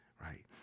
right